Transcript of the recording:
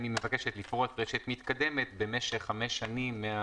היא מבקשת לפרוס רשת מתקדמת במשך חמש שנים".